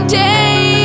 day